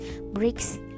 bricks